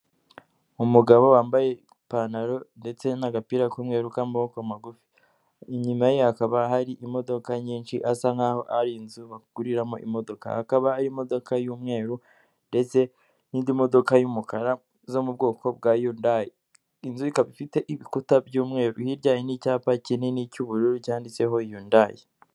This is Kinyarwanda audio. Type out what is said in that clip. Umugabo wambaye ipantaro ndetse n'agapira k'umweru k'amaboko magufi, inyuma ye hakaba hari imodoka nyinshi hasa nk'aho ari inzu baguriramo imodoka hakabamo y'umweru ndetse n'indi modoka y'umukara zo mu bwoko bwa Yundayi, inzu ikaba ifite ibikuta by'umweru, hirya hari n'icyapa kinini cy'ubururu cyanditseho Yundayi.